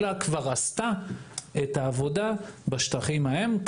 אלא כבר עשתה את העבודה בשטחים ההם.